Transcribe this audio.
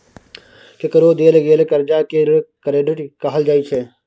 केकरो देल गेल करजा केँ ऋण क्रेडिट कहल जाइ छै